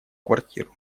квартиру